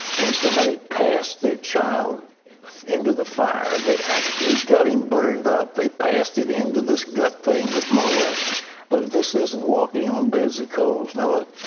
and when somebody passed their child into the fire, they actually got him burned up. they passed it into this gut thing. but like but this isn't walking on beds of coals. now, look,